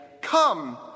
Come